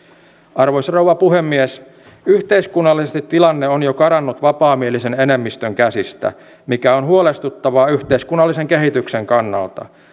arvoisa rouva puhemies yhteiskunnallisesti tilanne on jo karannut vapaamielisen enemmistön käsistä mikä on huolestuttavaa yhteiskunnallisen kehityksen kannalta